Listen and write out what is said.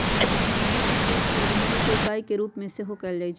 मुद्रा के उपयोग मोल के इकाई के रूप में सेहो कएल जाइ छै